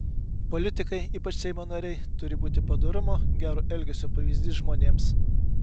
politikai ypač seimo nariai turi būti padorumo gero elgesio pavyzdys žmonėms